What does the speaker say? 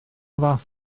fath